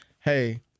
hey